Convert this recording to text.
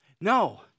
No